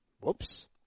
Whoops